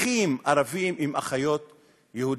אחים ערבים עם אחיות יהודיות,